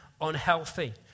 unhealthy